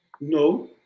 No